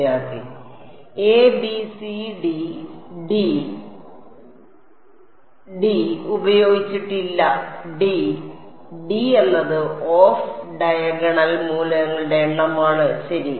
a b c d d d ഉപയോഗിച്ചിട്ടില്ല d d എന്നത് off diagonal മൂലകങ്ങളുടെ എണ്ണമാണ് ശരി